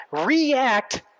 react